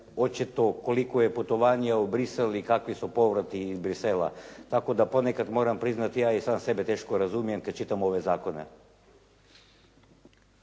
hoće to, koliko je putovanje u Bruxelles i kakvi su povrati iz Bruxellesa tako da ponekad moram priznati ja i sam sebe teško razumijem kada čitam ove zakone.